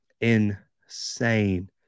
insane